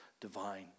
divine